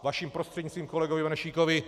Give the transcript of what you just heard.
Vaším prostřednictvím kolegovi Benešíkovi.